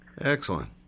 Excellent